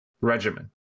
regimen